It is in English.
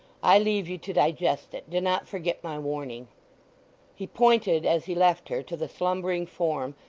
i leave you to digest it. do not forget my warning he pointed, as he left her, to the slumbering form,